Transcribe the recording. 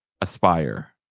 aspire